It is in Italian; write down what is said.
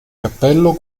cappello